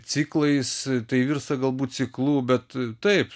ciklais tai virsta galbūt ciklu bet taip